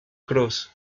cross